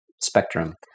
spectrum